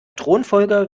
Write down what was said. thronfolger